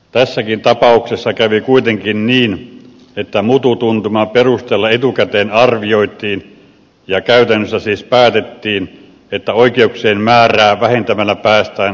tässäkin tapauksessa kävi kuitenkin niin että mututuntuman perusteella etukäteen arvioitiin ja käytännössä siis päätettiin että oikeuksien määrää vähentämällä päästään säästöihin